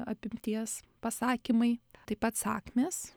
apimties pasakymai taip pat sakmės